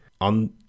on